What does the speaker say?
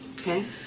Okay